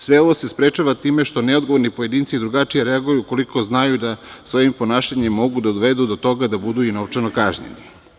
Sve ovo se sprečava time što neodgovorni pojedinci drugačije reaguju ukoliko znaju da sa ovim ponašanjem mogu da dovedu do toga da budu i novčano kažnjeni.